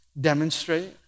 Demonstrate